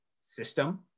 system